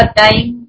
time